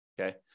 Okay